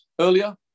earlier